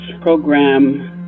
program